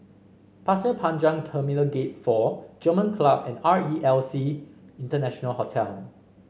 Pasir Panjang Terminal Gate Four German Club and R E L C International Hotel